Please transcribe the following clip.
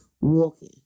walking